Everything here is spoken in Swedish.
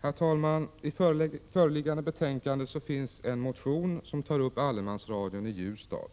Herr talman! I föreliggande betänkande finns en motion som tar upp allemansradion i Ljusdal.